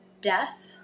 death